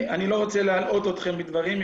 אני לא רוצה להלאות אתכם בדברים,